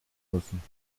müssen